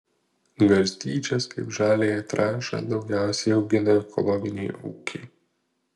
garstyčias kaip žaliąją trąšą daugiausiai augina ekologiniai ūkiai